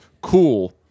cool